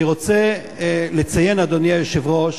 אני רוצה לציין, אדוני היושב-ראש,